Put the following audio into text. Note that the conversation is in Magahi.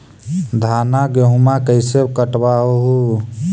धाना, गेहुमा कैसे कटबा हू?